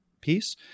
piece